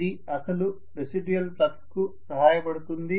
ఇది అసలు residual flux కు సహాయపడుతుంది